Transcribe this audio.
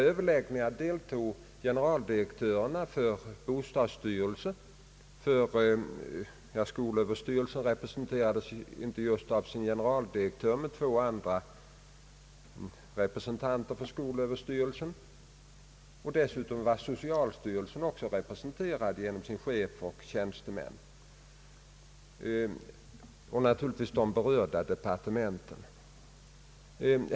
I överläggningen deltog generaldirektörerna för bostadsstyrelsen och socialstyrelsen samt representanter för skolöverstyrelsen och naturligtvis för de berörda departementen.